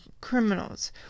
criminals